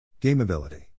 Gameability